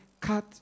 cut